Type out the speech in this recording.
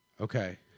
Okay